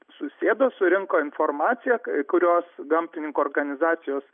susėdo surinko informaciją kai kurios gamtininkų organizacijos